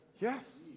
Yes